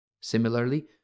Similarly